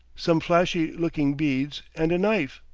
some flashy-looking beads, and a knife.